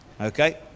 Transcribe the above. Okay